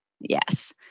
Yes